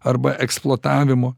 arba eksploatavimo